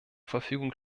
verfügung